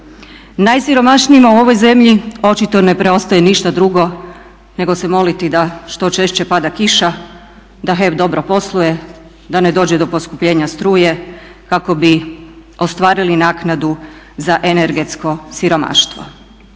Najsiromašnijima u ovoj zemlji očito ne preostaje ništa drugo nego se moliti da što češće pada kiša da HEP dobro posluje da ne dođe do poskupljenja struje kako bi ostvarili naknadu za energetsko siromaštvo.